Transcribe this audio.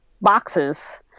boxes